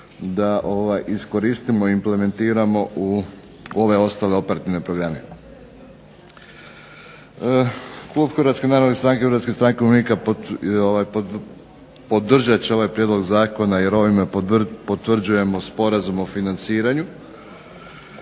da iskoristimo i implementiramo u ove ostale operativne programe. Klub HNS-HSU-a podržat će ovaj prijedlog zakona jer ovime potvrđujemo sporazum o financiranju